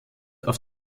auf